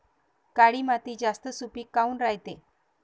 काळी माती जास्त सुपीक काऊन रायते?